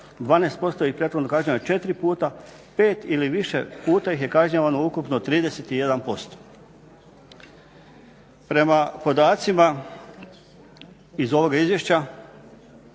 12% ih je prethodno kažnjavano četiri puta, pet ili više puta ih je kažnjavano ukupno 31%. Prema podacima iz ovoga izvješća